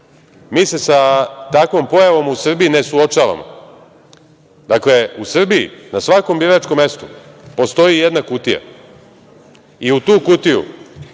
mi se sa takvom pojavom u Srbiji ne suočavamo. Dakle, u Srbiji na svakom biračkom mestu postoji jedna kutija i u tu kutiju